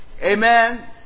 Amen